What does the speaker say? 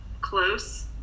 close